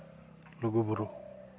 ᱞᱩᱜᱩᱼᱵᱩᱨᱩ